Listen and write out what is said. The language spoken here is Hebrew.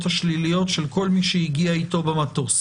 השליליות של כל מי שהגיע איתו במטוס.